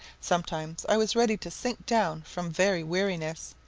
sometimes i was ready to sink down from very weariness.